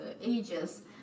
ages